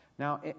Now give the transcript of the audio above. Now